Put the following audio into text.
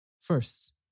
First